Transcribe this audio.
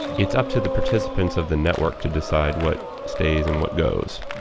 it's up to the participants of the network to decide what stays and what goes.